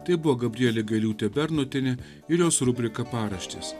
tai buvo gabrielė gailiūtė bernotienė ir jos rubrika paraštės